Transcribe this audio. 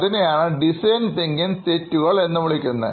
അതിനെ design thinking തെറ്റുകൾ എന്ന് വിളിക്കുന്നു